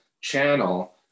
channel